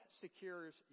secures